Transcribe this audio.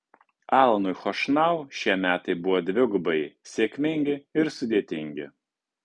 alanui chošnau šie metai buvo ir dvigubai sėkmingi ir sudėtingi